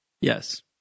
Yes